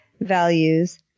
values